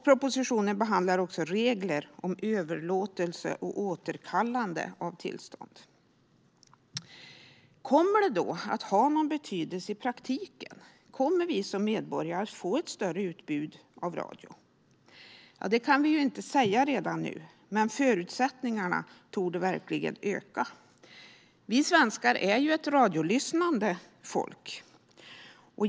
Propositionen behandlar också regler om överlåtelse och återkallande av tillstånd. Kommer detta då att ha någon betydelse i praktiken? Kommer vi medborgare att få ett större utbud av radio? Ja, det kan vi inte säga redan nu, men förutsättningarna torde verkligen öka. Vi svenskar är ju ett radiolyssnande folk.